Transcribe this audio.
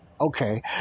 Okay